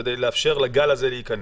כדי לאפשר לגל הזה להיכנס.